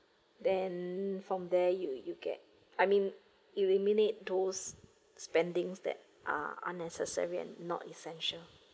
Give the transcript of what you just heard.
then from there you you get I mean you eliminate those spendings that are unnecessary and not essential